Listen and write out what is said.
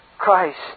Christ